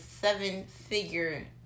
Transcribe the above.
seven-figure